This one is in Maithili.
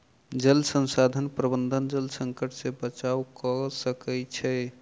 जल संसाधन प्रबंधन जल संकट से बचाव कअ सकै छै